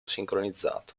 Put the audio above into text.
sincronizzato